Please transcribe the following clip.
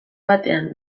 batean